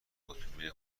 اتومبیل